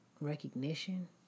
recognition